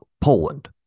Poland